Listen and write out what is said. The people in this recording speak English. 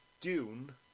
Dune